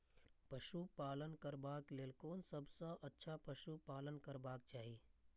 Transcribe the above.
पशु पालन करबाक लेल कोन सबसँ अच्छा पशु पालन करबाक चाही?